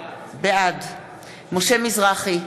בעד משה מזרחי,